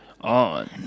on